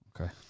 Okay